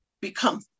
become